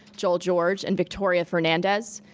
joel george, and victoria fernandez,